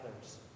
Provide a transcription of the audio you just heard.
others